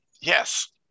yes